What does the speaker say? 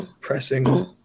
pressing